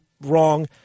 wrong